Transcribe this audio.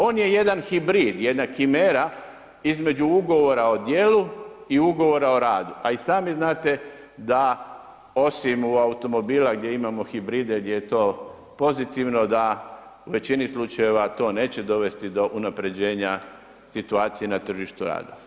On je jedan hibrid, jedna himera između ugovora o djelu i ugovora o radu a i sami znate da osim u automobila gdje imamo hibride gdje je to pozitivno da u većini slučajeva to neće dovesti do unaprjeđenja situacije na tržištu rada.